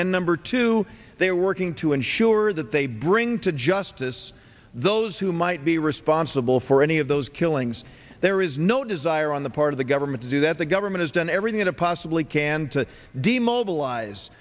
and number two they are working to ensure that they bring to justice those who might be responsible for any of those killings there is no desire on the part of the government to do that the government has done everything it possibly can to demobilize